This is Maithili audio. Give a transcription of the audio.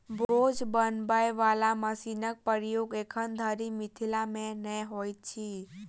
बोझ बनबय बला मशीनक प्रयोग एखन धरि मिथिला मे नै होइत अछि